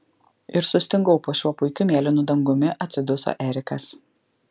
ir sustingau po šiuo puikiu mėlynu dangumi atsiduso erikas